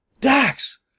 Dax